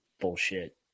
Bullshit